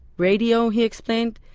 radio, he explained,